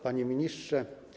Panie Ministrze!